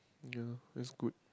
ya that's good